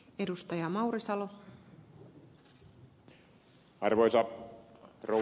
arvoisa rouva puhemies